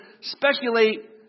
speculate